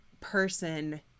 person